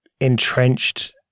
Entrenched